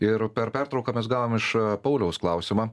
ir per pertrauką mes gavom iš pauliaus klausimą